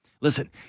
Listen